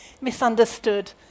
misunderstood